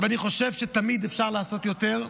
ואני חושב שתמיד אפשר לעשות יותר,